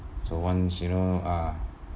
so once you know uh